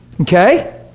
Okay